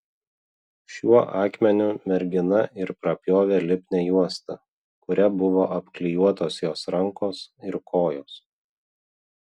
šiuo akmeniu mergina ir prapjovė lipnią juostą kuria buvo apklijuotos jos rankos ir kojos